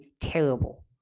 terrible